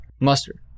Mustard